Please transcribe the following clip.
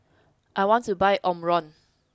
I want to buy Omron